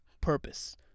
purpose